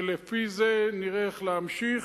ולפי זה נראה איך להמשיך.